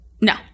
no